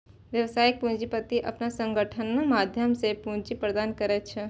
व्यावसायिक पूंजीपति अपन संगठनक माध्यम सं पूंजी प्रदान करै छै